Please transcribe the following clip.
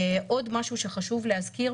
עוד משהו שחשוב להזכיר,